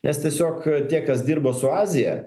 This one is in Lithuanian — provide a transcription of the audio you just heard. nes tiesiog tie kas dirbo su azija